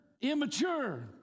immature